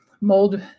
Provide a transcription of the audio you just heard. mold